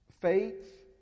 faith